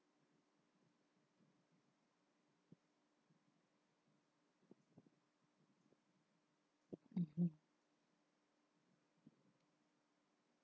(uh huh)